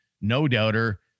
no-doubter